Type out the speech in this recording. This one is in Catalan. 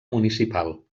municipal